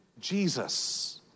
Jesus